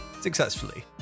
successfully